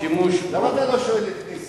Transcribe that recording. למה אתה לא שואל את נסים?